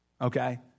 okay